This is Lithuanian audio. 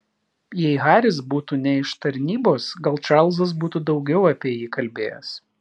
jei haris būtų ne iš tarnybos gal čarlzas būtų daugiau apie jį kalbėjęs